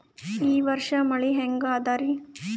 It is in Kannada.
ಈ ವರ್ಷ ಮಳಿ ಹೆಂಗ ಅದಾರಿ?